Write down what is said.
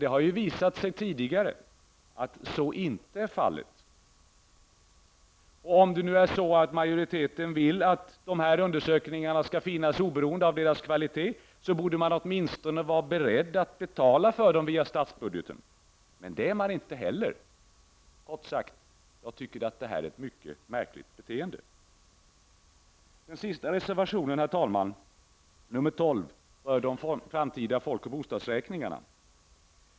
Det har ju nämligen tidigare visat sig att så inte är fallet. Om nu majoriteten vill att dessa undersökningar skall finnas oberoende av deras kvalitet, borde man åtminstone vara beredd att betala för dem via statsbudgeten. Men det är man inte heller. Kort sagt: Jag tycker att detta är ett mycket märkligt beteende. Herr talman! Den sista reservationen, nr 12, rör de framtida folk och bostadsräkningarna.